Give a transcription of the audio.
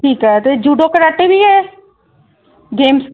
ਠੀਕ ਹੈ ਅਤੇ ਜੂਡੋ ਕਰਾਟੇ ਵੀ ਹੈ ਗੇਮਸ